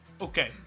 Okay